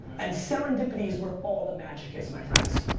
and serendipity is where all the magic is my friends.